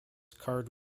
card